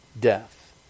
death